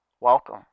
Welcome